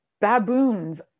baboons